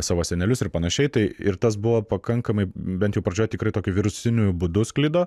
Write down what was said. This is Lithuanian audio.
savo senelius ir panašiai tai ir tas buvo pakankamai bent pradžioj tikrai tokiu virusiniu būdu sklido